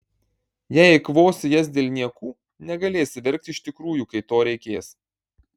jei eikvosi jas dėl niekų negalėsi verkti iš tikrųjų kai to reikės